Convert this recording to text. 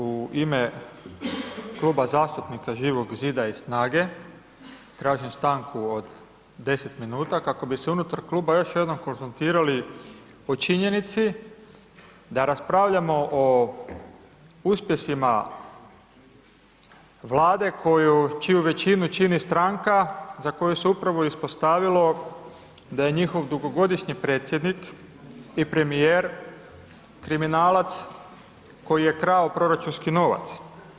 U ime Kluba zastupnika Živog zida i SNAGA-e tražim stanku od 10 minuta, kako bi se unutar kluba još jednom konzultirali o činjenici, da raspravljamo o uspjesima vlade, koju, čiju većinu čini stranka, za koju se upravo ispostavilo da je njihov dugogodišnji predsjednik i premjer kriminalac, koji je krao proračunski novac.